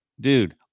dude